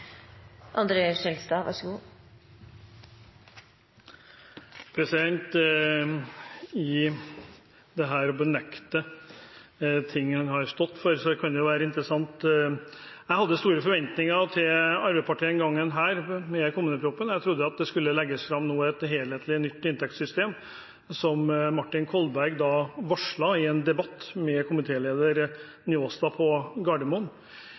Å benekte ting en har stått for, kan jo være interessant. Jeg hadde store forventninger til Arbeiderpartiet denne gangen i forbindelse med kommuneproposisjonen. Jeg trodde det nå skulle legges fram et helhetlig nytt inntektssystem, som Martin Kolberg varslet i en debatt med komitéleder Njåstad på Gardermoen.